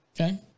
Okay